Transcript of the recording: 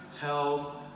health